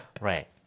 right